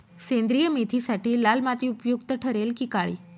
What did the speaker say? सेंद्रिय मेथीसाठी लाल माती उपयुक्त ठरेल कि काळी?